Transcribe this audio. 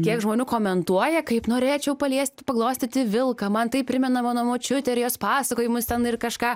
kiek žmonių komentuoja kaip norėčiau paliesti paglostyti vilką man tai primena mano močiutę ir jos pasakojimus ten ir kažką